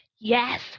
Yes